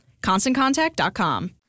ConstantContact.com